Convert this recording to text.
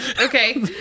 okay